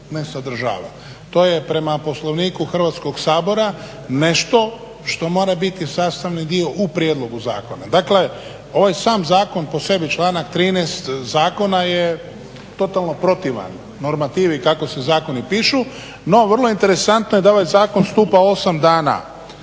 To je prema Poslovniku Hrvatskog sabora nešto što mora biti sastavni dio u prijedlogu Zakona. Dakle ovaj sam Zakon po sebi, članak 13. Zakona je totalno protivan normativi kako se zakoni pišu no vrlo interesantno je da ovaj Zakon stupa osam dana